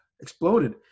exploded